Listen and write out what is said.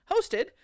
hosted